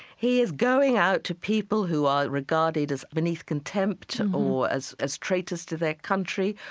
he is going out to people who are regarded as beneath contempt, or as as traitors to their country,